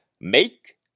make